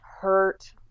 hurt